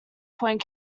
point